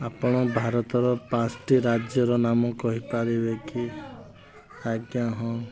ଆପଣ ଭାରତର ପାଞ୍ଚଟି ରାଜ୍ୟର ନାମ କହିପାରିବେ କି ଆଜ୍ଞା ହଁ